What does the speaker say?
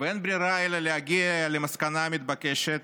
ואין ברירה אלא להגיע למסקנה המתבקשת: